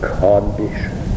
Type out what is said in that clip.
condition